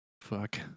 fuck